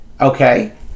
okay